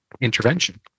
intervention